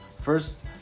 First